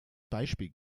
beispiel